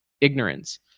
ignorance